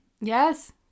Yes